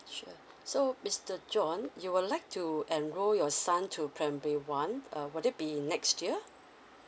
sure so mister John you would like to enrol your son to primary one uh will it be next year